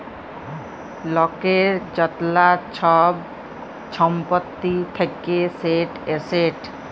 লকের য্তলা ছব ছম্পত্তি থ্যাকে সেট এসেট